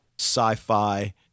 sci-fi